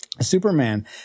Superman